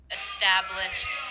established